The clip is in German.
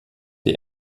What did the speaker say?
die